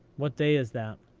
what day is that?